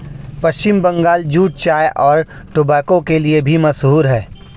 पश्चिम Bengal jute चाय और tobacco के लिए भी मशहूर है